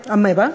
אמבה.